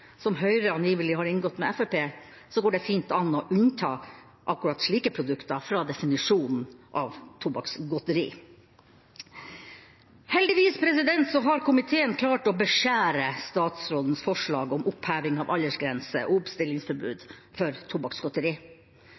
som Høyre angivelig har inngått med Fremskrittspartiet, går det fint an å unnta akkurat slike produkter fra definisjonen tobakksgodteri. Heldigvis har komiteen klart å beskjære statsrådens forslag om oppheving av aldersgrense og oppstillingsforbud for